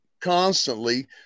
constantly